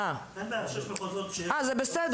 אה, זה בסדר.